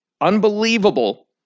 Unbelievable